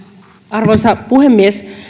arvoisa puhemies